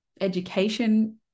education